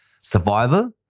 Survivor